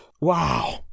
wow